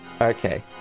okay